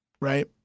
right